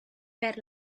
per